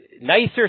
nicer